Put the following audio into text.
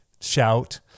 shout